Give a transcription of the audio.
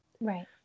Right